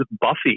buffy